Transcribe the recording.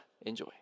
Enjoy